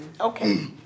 Okay